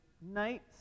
night